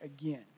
again